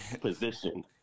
position